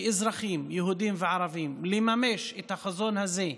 כאזרחים יהודים וערבים לממש את החזון הזה,